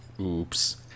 Oops